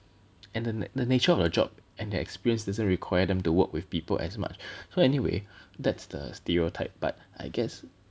and then the nature of the job and the experience doesn't require them to work with people as much so anyway that's the stereotype but I guess